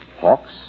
Hawks